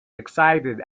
excited